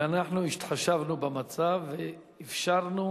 ואנחנו התחשבנו במצב ואפשרנו